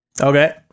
Okay